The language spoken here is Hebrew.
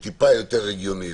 זה טיפה יותר הגיוני.